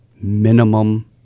minimum